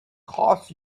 costs